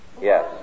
Yes